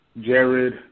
Jared